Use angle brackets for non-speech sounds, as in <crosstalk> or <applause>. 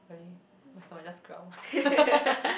really my stomach just growled <laughs>